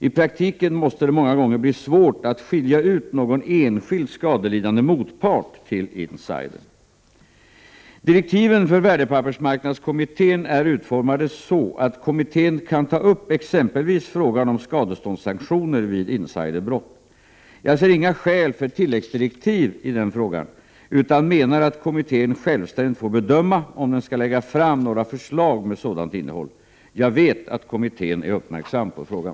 I praktiken måste det många gånger bli svårt att skilja ut någon enskild skadelidande motpart till insidern. Direktiven för värdepappersmarknadskommittén är utformade så, att kommittén kan ta upp exempelvis frågan om skadeståndssanktioner vid insiderbrott. Jag ser inga skäl för tilläggsdirektiv i den frågan, utan jag menar att kommittén självständigt har att bedöma om den skall lägga fram några förslag med sådant innehåll. Jag vet att kommittén är uppmärksam på frågan.